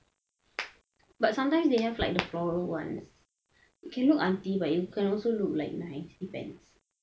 but sometimes they have like the floral ones you can look aunty but you can also look like nice depends